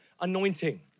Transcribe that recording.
anointing